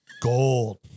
Gold